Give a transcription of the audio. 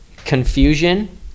Confusion